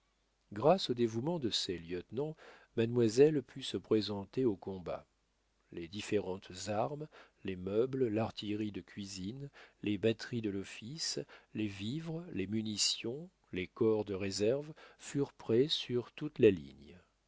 grâces au dévouement de ses lieutenants mademoiselle put se présenter au combat les différentes armes les meubles l'artillerie de cuisine les batteries de l'office les vivres les munitions les corps de réserve furent prêts sur toute la ligne